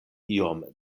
iom